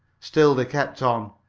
still they kept on.